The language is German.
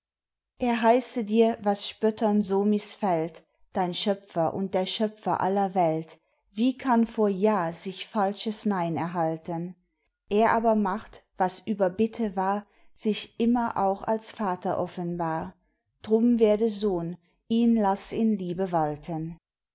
er heiße dir was spöttern so missfällt dein schöpfer und der schöpfer aller welt wie kann vor ja sich falsches nein erhalten er aber macht was über bitte war sich immer auch als vater offenbar drum werde sohn ihn laß in liebe walten